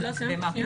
של מה?